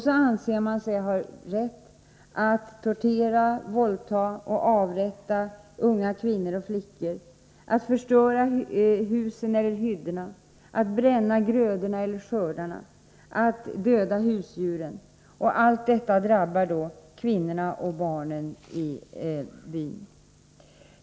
Man anser sig också ha rätt att tortera, våldta och avrätta unga kvinnor och flickor, att förstöra husen eller hyddorna, att bränna grödorna eller skördarna och att döda husdjuren. Allt detta drabbar just kvinnorna och barnen i byn.